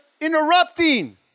interrupting